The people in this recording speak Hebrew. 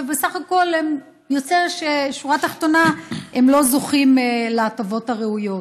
ובסך הכול יוצא בשורה תחתונה שהם לא זוכים להטבות הראויות.